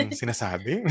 sinasabi